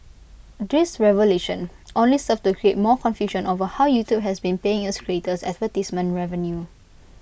this revelation only served to create more confusion over how YouTube has been paying its creators advertisement revenue